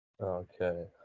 Okay